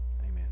Amen